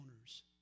owners